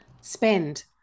spend